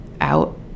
out